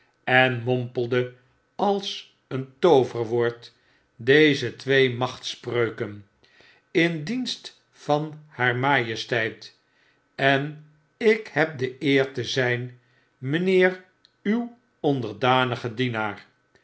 en mompelde als een tooverwoord deze twee machtspreuken jndienst van haar maje steit en ik heb de eer te zyn mynheer uw onderdanige dienaar